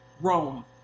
Rome